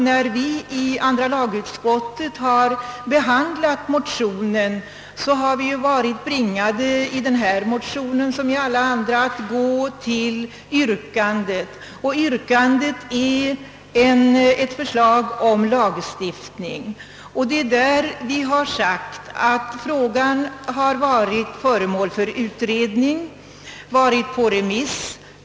När vi i andra lagutskottet behandlade motionen måste vi, liksom i fråga om andra motioner, främst se till motionens yrkande, d.v.s. i detta fall ett förslag om lagstiftning. Utskottet har därvid konstaterat, att frågan redan har varit föremål för utredning, som sänts ut på remiss.